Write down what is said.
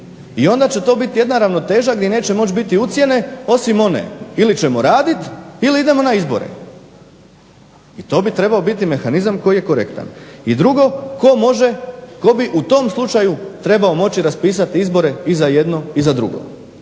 i onda će to biti jedna ravnoteža gdje neće moći biti ucjene osim one ili ćemo radit ili idemo na izbore i to bi trebao biti mehanizam koji je korektan. I drugo, tko može, tko bi u tom slučaju trebao moći raspisati izbore i za jedno i za drugo.